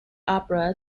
opera